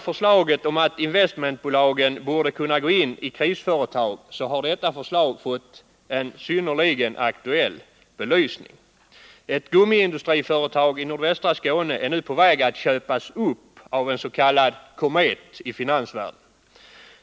Förslaget om att investmentbolagen borde kunna gå in i krisföretag har fått en synnerligen aktuell belysning. Ett gummiindustriföretag i nordvästra Skåne är nu på väg att köpas upp av en s.k. komet i finansvärlden.